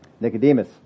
Nicodemus